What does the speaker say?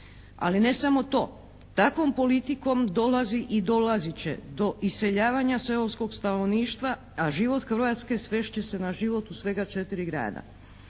Ali ne samo to. Takvom politikom dolazi i dolazit će do iseljavanja seoskog stanovništva, a život Hrvatske svest će se na život u svega četiri grada.